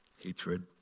hatred